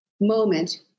moment